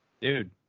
Dude